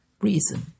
Reason